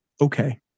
Okay